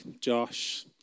Josh